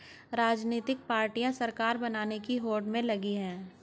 राजनीतिक पार्टियां सरकार बनाने की होड़ में लगी हैं